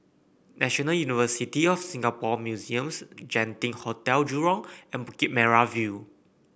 National University of Singapore Museums Genting Hotel Jurong and Bukit Merah View